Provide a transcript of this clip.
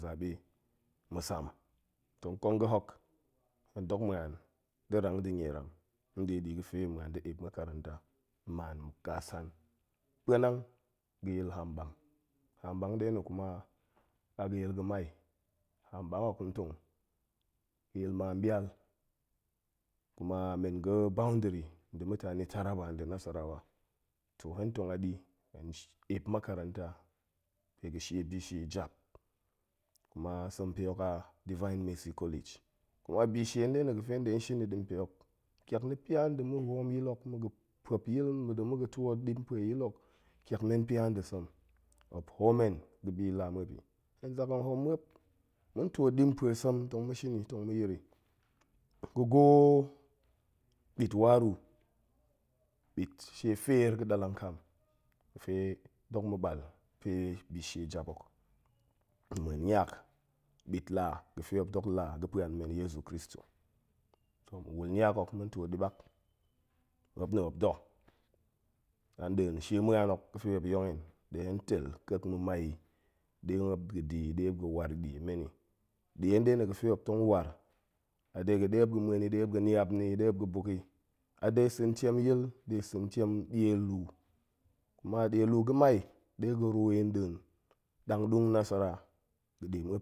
Zabe, ma̱ sam, toh ƙong ga̱hok, hen dok muan da̱ rang nda̱ nierang nɗye bi ga̱ fe hen muan da̱ eep makarranta, nmaan muk ƙa san, puanang n haamɓang, haamɓang nɗe na̱ kuma, a yil ga̱mai, haamɓang hok ntong ga̱yil maamɓial, kuma men ga̱ boundary nda̱ mutane taraba nda̱ nasarawa, toh hen tong aɗi, hen sh epp makaranta, pe ga̱ shie bi shie jap, kuma sem pe hok a divine mercy college, kuma bi shie nɗe no ga̱fe hen ɗe shin i nɗi pe hok, ƙiak na̱ pia nda̱ mu hom yil hok, mu ga̱ pop yil, ma̱ɗem muga̱ twoot ɗi pue nyil hok, ƙiak men pia nda̱ sem, muop hoom hen ga̱bi la muop i, hen zak hen hoom muop, ma̱n twoot ɗi npue sem tong ma̱ shin i, tong ma̱ yir i, ga̱ goo, ɓit waruu, ɓit shie feer ga̱ ɗalang kam ga̱fe dok ma̱ ɓal pe bi shie jap hok, ma̱ muen niak ɓit laa ga̱fe muop dok la ga̱ puan men yezu kristo toh, ma̱ wul niak hok ma̱n twoot ɗi ɓak, muop nna̱ muop da̱ an nɗin shie muan hok ga̱fe muop yong hen ɗe hen tel ƙek ma̱mai i ɗe muop ga̱ di i, ɗe muop ga̱ war ɗie meni, ɗie nɗe na̱ ga̱fe muop tong war, a de ga̱ ɗe muop ga̱ muen i, ɗe muop ga̱ niap ni i, ɗe muop ga̱ buk i, a de sa̱ntiem yil, de sa̱ntien die luu, ma die luu ga̱mai ɗe ga̱ ruu i nɗin ɗangɗung nasara ga̱ɗe muop